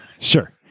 Sure